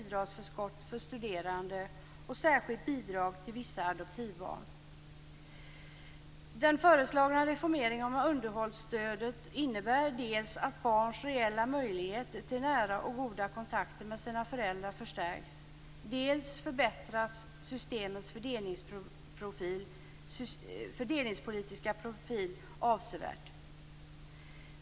Den föreslagna reformeringen av underhållsstödet innebär dels att barns reella möjligheter till nära och goda kontakter med sina föräldrar förstärks, dels att systemets fördelningspolitiska profil avsevärt förbättras.